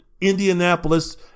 Indianapolis